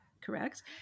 correct